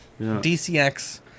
DCX